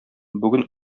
бүген